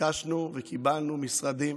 ביקשנו וקיבלנו משרדים